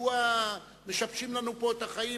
מדוע משבשים לנו פה את החיים,